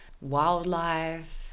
wildlife